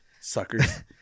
Suckers